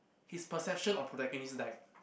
his possession of protagonist died